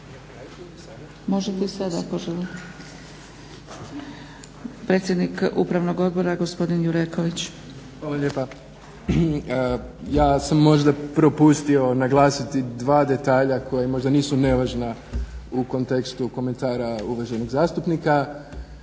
(SDP)** Hvala. Predsjednik Upravnog odbora gospodin Jureković. **Jureković, Tomislav** Hvala lijepa. Ja sam možda propustio naglasiti dva detalja koja možda nisu nevažna u kontekstu komentara uvaženog zastupnika.